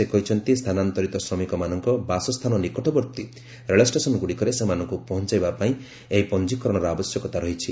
ସେ କହିଛନ୍ତି ସ୍ଥାନାନ୍ତରିତ ଶ୍ରମିକମାନଙ୍କ ବାସସ୍ଥାନ ନିକଟବର୍ତ୍ତୀ ରେଳଷ୍ଟେସନ୍ଗୁଡ଼ିକରେ ସେମାନଙ୍କୁ ପହଞ୍ଚାଇବା ପାଇଁ ଏହି ପଞ୍ଜିକରଣର ଆବଶ୍ୟକତା ରହିଛି